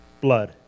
blood